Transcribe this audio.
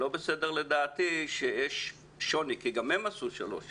לא בסדר לדעתי שיש שוני, כי גם הם עשו שלוש שנים,